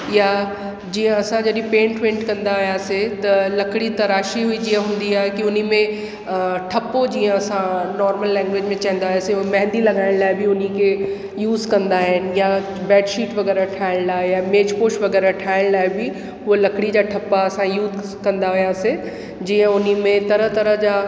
या जीअं असां जॾहिं पेंट वेंट कंदा आयासीं त लकड़ी तराशी हुई जीअं हूंदी आहे कि हुन में ठपो जीअं असां नॉर्मल लैंगवेज में चईंदासीं मेंदी लॻाइण बि हुनखे यूज़ कंदा आहिनि या बैडशीट वग़ैरह ठाहिण लाइ या मेजपोश वग़ैरह ठाहिण लाइ बि उहा लकड़ी जा ठपा असां यूज़ कंदा आयासीं जीअं हुन में तरह तरह जा